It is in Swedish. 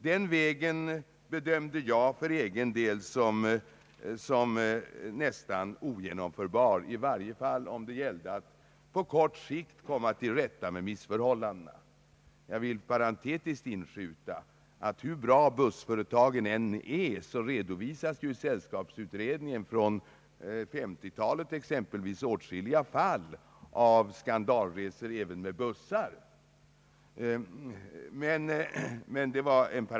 Den vägen bedömde jag för egen del som nästan omöjlig, i varje fall om det gällde att på kort sikt komma till rätta med missförhållandena. Jag vill parentetiskt här inskjuta att hur bra bussföretagen än är, så redovisas ju exempelvis i sällskapsreseutredningen från 1950-talet åtskilliga fall av skandalresor även med bussar.